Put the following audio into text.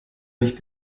nicht